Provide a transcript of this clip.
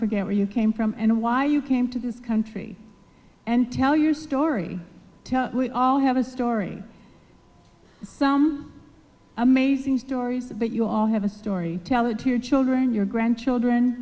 forget where you came from and why you came to this country and tell your story we all have a story some amazing stories that you all have a story teller to your children your grandchildren